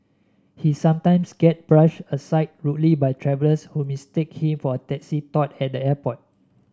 he sometimes gets brushed aside rudely by travellers who mistake him for a taxi tout at the airport